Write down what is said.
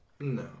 No